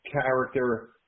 character